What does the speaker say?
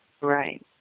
right